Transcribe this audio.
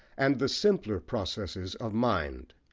and the simpler processes of mind.